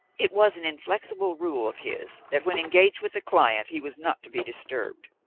it was an inflexible rule of his that when engaged with a client he was not to be disturbed.